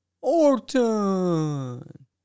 Orton